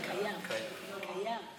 פינדרוס.